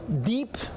deep